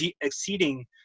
exceeding